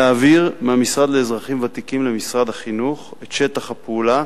להעביר מהמשרד לאזרחים ותיקים למשרד החינוך את שטח הפעולה: